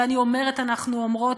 ואני אומרת "אנחנו אומרות",